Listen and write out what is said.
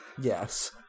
Yes